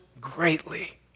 greatly